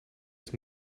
just